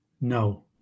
No